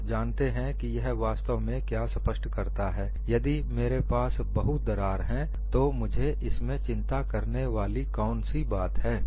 आप जानते हैं यह वास्तव में क्या स्पष्ट करता है यदि मेरे पास बहु दरार हैं तो मुझे इसमें चिंता करने वाली कौन सी बात है